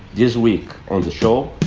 this week on the show,